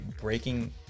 breaking